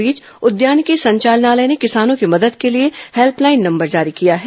इस बीच उद्यानिकी संचालनालय ने किसानों की मदद के लिए हेल्पलाइन नम्बर जारी किया है